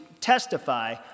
testify